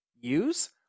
use